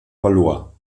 verlor